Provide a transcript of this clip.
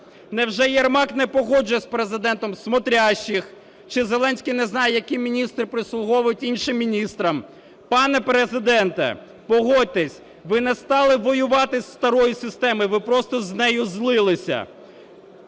Невже Єрмак не погоджує з Президентом "смотрящих". Чи Зеленський не знає, які міністри прислуговують іншим міністрам? Пане Президенте, погодьтесь, ви не стали воювати із старою системою, ви просто з нею злилися.